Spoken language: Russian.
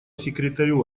секретарю